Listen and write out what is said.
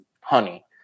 honey